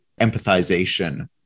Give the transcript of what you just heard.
empathization